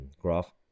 graph